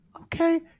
Okay